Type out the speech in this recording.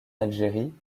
algérie